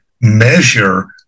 measure